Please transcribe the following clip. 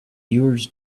yours